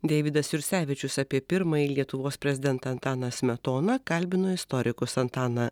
deividas jursevičius apie pirmąjį lietuvos prezidentą antaną smetoną kalbino istorikus antaną